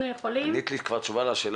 אנחנו יכולים לפעול.